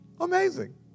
Amazing